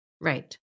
Right